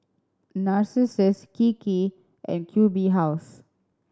Narcissus Kiki and Q B House